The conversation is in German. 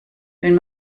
wenn